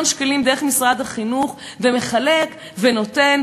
שקלים דרך משרד החינוך ומחלק ונותן,